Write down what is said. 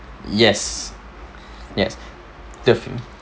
yes yes th~